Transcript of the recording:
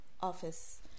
office